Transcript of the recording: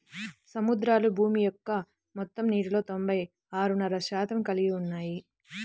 సముద్రాలు భూమి యొక్క మొత్తం నీటిలో తొంభై ఆరున్నర శాతం కలిగి ఉన్నాయి